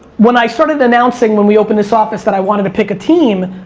when i started announcing, when we opened this office, that i wanted to pick a team,